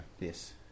Yes